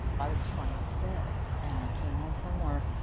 i was twenty six and i came home from work.